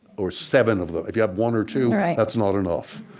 or seven of them. if you have one or two, yeah, that's not enough.